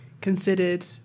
considered